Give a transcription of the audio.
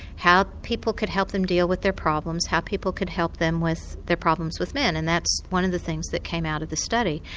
how people could help them deal with their problems, how people could help them with their problems with men and that's one of the things that came out of the study.